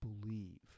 believe